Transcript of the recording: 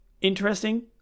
interesting